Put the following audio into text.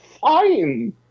fine